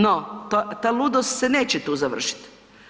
No, ta ludost se neće tu završiti.